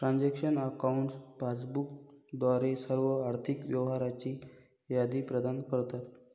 transaction accounts passbook द्वारे सर्व आर्थिक व्यवहारांची यादी प्रदान करतात